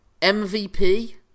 MVP